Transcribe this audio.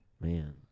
Man